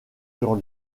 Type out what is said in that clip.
sur